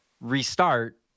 restart